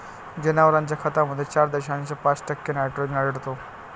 जनावरांच्या खतामध्ये चार दशांश पाच टक्के नायट्रोजन आढळतो